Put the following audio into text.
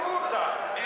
אני,